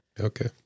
okay